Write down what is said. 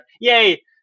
yay